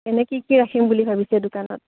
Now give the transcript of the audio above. এনেই কি কি ৰাখিম বুলি ভাবিছে দোকানত